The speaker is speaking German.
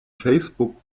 facebook